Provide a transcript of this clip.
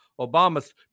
Obama's